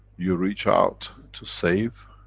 you reach out to save,